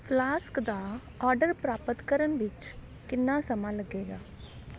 flask ਦਾ order ਪ੍ਰਾਪਤ ਕਰਨ ਵਿੱਚ ਕਿੰਨਾ ਸਮਾਂ ਲੱਗੇਗਾ